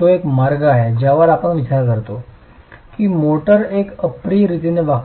तो एक मार्ग आहे ज्यावर आपण विचार करतो की मोर्टार एक अप्रिय रीतीने वागतो